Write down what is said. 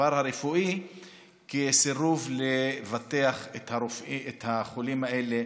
העבר הרפואי כסירוב לבטח את החולים האלה